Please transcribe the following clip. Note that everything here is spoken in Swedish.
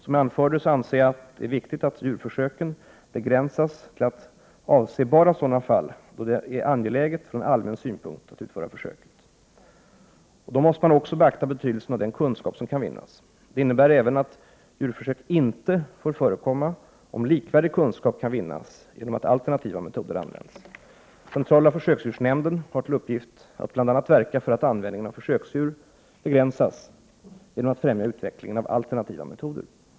Som jag anförde anser jag att det är viktigt att djurförsöken begränsas till att avse bara sådana fall då det är angeläget från allmän synpunkt att utföra försöket. Därvid måste man också beakta betydelsen av den kunskap som kan vinnas. Det innebär även att djurförsök inte får förekomma om likvärdig kunskap kan vinnas genom att alternativa metoder används. Centrala försöksdjursnämnden har till uppgift att bl.a. verka för att användningen av försöksdjur begränsas genom att främja utvecklingen av alternativa metoder.